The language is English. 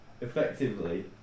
effectively